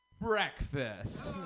Breakfast